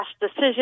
decision